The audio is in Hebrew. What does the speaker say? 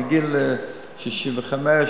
מגיל 65,